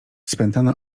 spętana